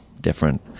different